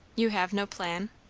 you have no plan?